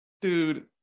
dude